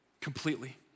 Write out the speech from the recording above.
completely